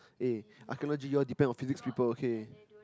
eh Archaeology you all depend on Physics people okay